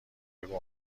بگو